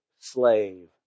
slave